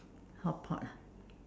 hotpot ah